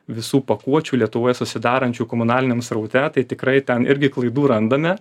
visų pakuočių lietuvoje susidarančių komunaliniam sraute tai tikrai ten irgi klaidų randame